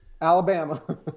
alabama